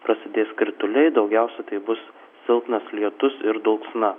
prasidės krituliai daugiausiai tai bus silpnas lietus ir dulksna